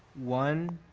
one.